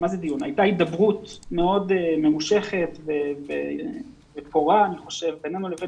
הייתה הידברות מאוד ממושכת בינינו לבין